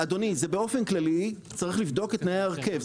באופן כללי, צריך לבדוק את תנאי ההרכב.